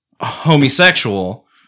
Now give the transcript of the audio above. Homosexual